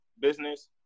business